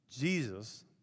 Jesus